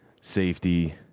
safety